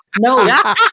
No